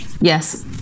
Yes